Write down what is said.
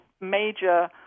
major